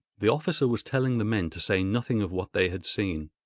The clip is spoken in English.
the officer was telling the men to say nothing of what they had seen,